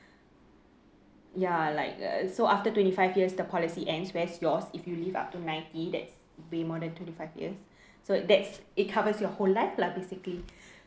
ya like uh so after twenty five years the policy ends whereas yours if you live up to ninety that's way more than twenty five years so that's it covers your whole life lah basically